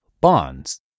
Bonds